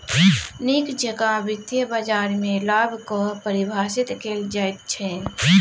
नीक जेकां वित्तीय बाजारमे लाभ कऽ परिभाषित कैल जाइत छै